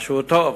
משהו טוב.